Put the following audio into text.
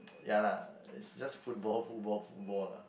ya lah it's just football football football lah